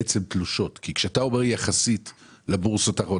-- כשאתה אומר "יחסית לבורסות האחרות",